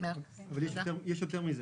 יש יותר מזה,